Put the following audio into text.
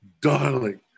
darling